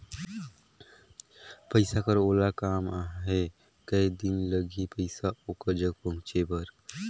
पइसा कर ओला काम आहे कये दिन लगही पइसा ओकर जग पहुंचे बर?